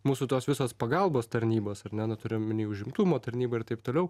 mūsų tos visos pagalbos tarnybos ar ne nu turiu omeny užimtumo tarnybą ir taip toliau